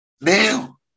Now